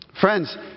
Friends